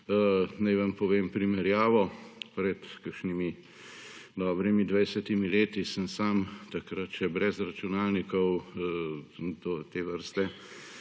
Naj vam povem primerjavo – pred kakšnimi dobrimi 20-imi leti sem sam, takrat še brez računalnikov te vrste,